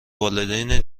والدین